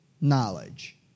knowledge